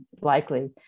likely